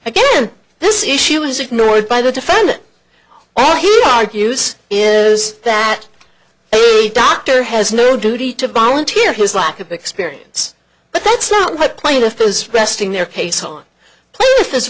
again this issue is ignored by the defendant all here argues is that a doctor has no duty to volunteer his lack of experience but that's not why plaintiff is resting their case on